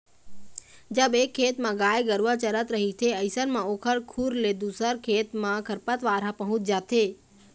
जब एक खेत म गाय गरुवा चरत रहिथे अइसन म ओखर खुर ले दूसर खेत म खरपतवार ह पहुँच जाथे